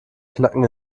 knacken